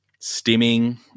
stimming